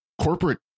corporate